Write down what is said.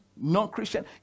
non-christian